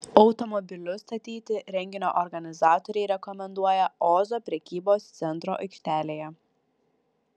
automobilius statyti renginio organizatoriai rekomenduoja ozo prekybos centro aikštelėje